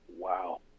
Wow